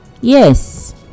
yes